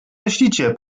myślicie